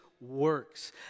works